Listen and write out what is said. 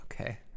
okay